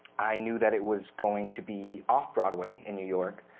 i knew that it was going to be off-broadway in new york,